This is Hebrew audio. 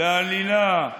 לעלילה.